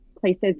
places